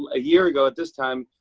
a year ago at this time,